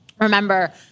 remember